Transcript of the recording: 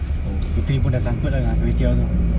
oh puteri pun dah sangkut ah dengan kway teow tu